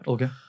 Okay